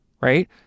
right